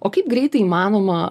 o kaip greitai įmanoma